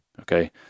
Okay